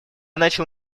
начал